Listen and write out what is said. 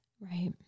Right